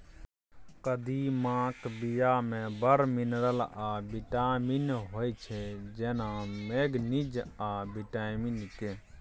कदीमाक बीया मे बड़ मिनरल आ बिटामिन होइ छै जेना मैगनीज आ बिटामिन के